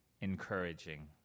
encouraging